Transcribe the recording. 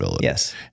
Yes